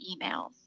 emails